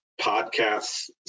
podcasts